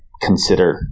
consider